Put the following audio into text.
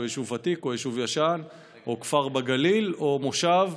יישוב ותיק או יישוב ישן או כפר בגליל או מושב,